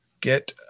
get